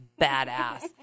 badass